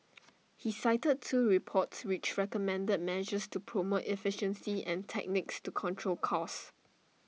he cited two reports which recommended measures to promote efficiency and techniques to control costs